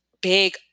big